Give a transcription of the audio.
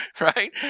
Right